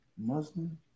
Muslim